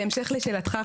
בהמשך לשאלתך,